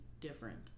different